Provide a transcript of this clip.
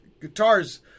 guitars